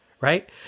right